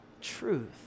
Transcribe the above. truth